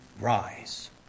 rise